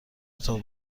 اتاق